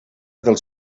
del